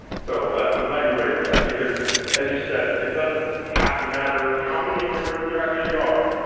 so i'm glad you raised that, because as you said it doesn't have to matter how many immigrants there actually are,